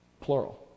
plural